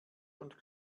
und